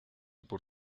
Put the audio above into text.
por